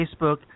Facebook